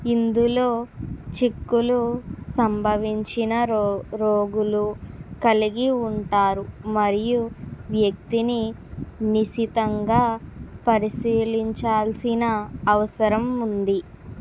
ఇందులో చిక్కులు సంభవించిన రో రోగులు కలిగి ఉంటారు మరియు వ్యక్తిని నిశితంగా పరిశీలించాల్సిన అవసరం ఉంది